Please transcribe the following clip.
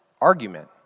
argument